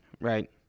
Right